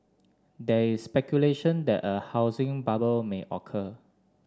there is speculation that a housing bubble may occur